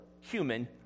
human